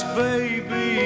baby